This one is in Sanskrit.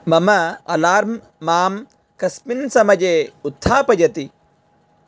मम अलार्म् मां कस्मिन् समये उत्थापयति